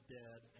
dead